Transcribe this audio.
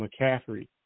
McCaffrey